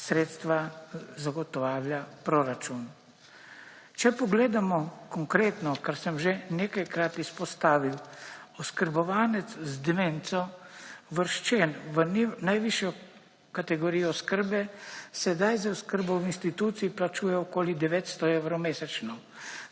sredstva zagotavlja proračun. Če pogledamo konkretno kar sem že nekajkrat izpostavil, oskrbovanec z demenco uvrščen v najvišjo kategorijo oskrbe, sedaj z oskrbo v instituciji plačuje okoli 900 evrov mesečno.